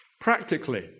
Practically